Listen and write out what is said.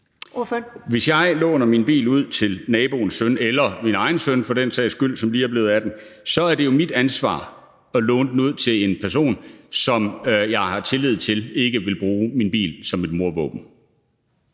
(KF): Hvis jeg låner min bil ud til naboens søn eller for den sags skyld til min egen søn, som lige er blevet 18 år, så er det jo mit ansvar, altså at låne den ud til en person, som jeg har tillid til ikke vil bruge min bil som et mordvåben.